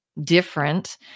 different